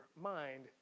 mind